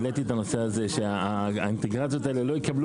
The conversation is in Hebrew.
העליתי את הנושא הזה שהאינטגרציות לא יעשו